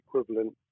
equivalent